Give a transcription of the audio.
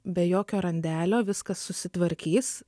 be jokio randelio viskas susitvarkys